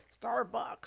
Starbucks